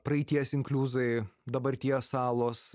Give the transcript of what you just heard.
praeities inkliuzai dabarties salos